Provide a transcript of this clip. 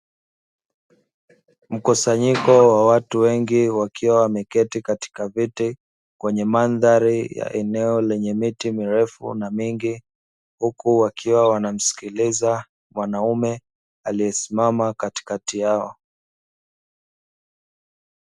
Mkusanyiko wa watu wengi wakiwa wameketi katika viti kwenye mandhari ya eneo lenye miti mirefu na mengi, huku wakiwa wanamsikiliza mwanaume aliyesimama katikati yao.